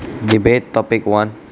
debate topic one